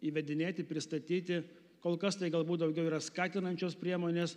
įvedinėti pristatyti kol kas tai galbūt daugiau yra skatinančios priemonės